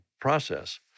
process